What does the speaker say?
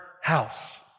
house